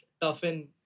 toughen